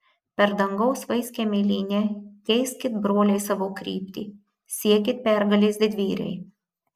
per dangaus vaiskią mėlynę keiskit broliai savo kryptį siekit pergalės didvyriai